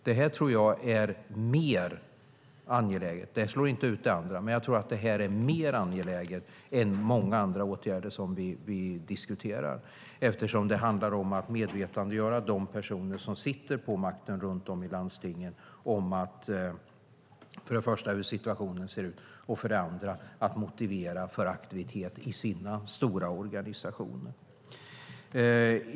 Detta tror jag är mer angeläget än många andra åtgärder som vi diskuterar, även om det inte slår ut andra, eftersom det handlar om att medvetandegöra de personer som sitter på makten runt om i landstingen om hur situationen ser ut och motivera dem till aktivitet i sina stora organisationer.